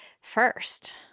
first